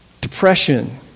Depression